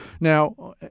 Now